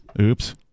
Oops